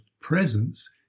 presence